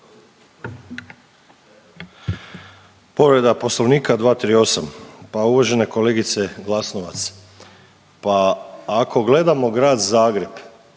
Povreda Poslovnika, 238. Pa uvažena kolegice Glasnovac. Pa ako gledamo Grad Zagreb,